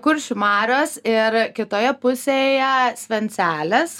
kuršių marios ir kitoje pusėje svencelės